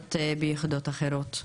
ביחידות אחרות?